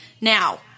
Now